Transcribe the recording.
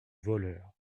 voleur